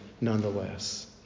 nonetheless